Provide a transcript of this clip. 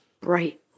bright